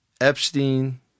Epstein